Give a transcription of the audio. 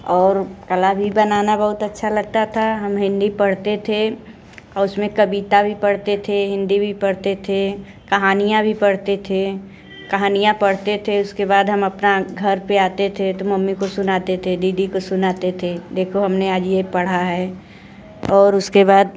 और कला भी बनाना बहुत अच्छा लगता था हम हिंदी पढ़ते थे औ उसमें कविता भी पढ़ते थे हिंदी भी पढ़ते थे कहानियाँ भी पढ़ते थें कहानियाँ पढ़ते थे उसके बाद हम अपने घर पर आते थे तो मम्मी को सुनाते थे दीदी को सुनाते थे देखो हम ने आज ये पढ़ा है और उसके बाद